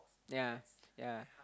ya ya